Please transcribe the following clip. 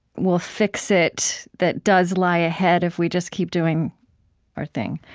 we'll fix it that does lie ahead if we just keep doing our thing.